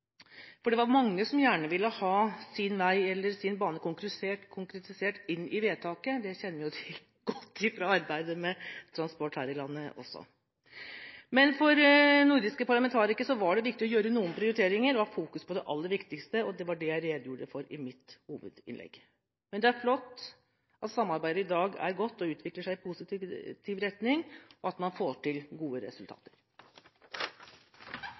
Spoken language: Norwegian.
som gjerne ville ha sin vei eller sin bane konkretisert inn i vedtaket – det kjenner vi jo godt til fra arbeidet med transport her i landet også. Men for nordiske parlamentarikere var det viktig å gjøre noen prioriteringer, og å ha fokus på det aller viktigste. Det var det jeg redegjorde for i mitt hovedinnlegg. Men det er flott at samarbeidet i dag er godt og utvikler seg i positiv retning, og at man får til gode resultater.